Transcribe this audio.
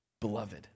beloved